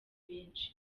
benshi